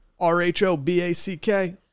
R-H-O-B-A-C-K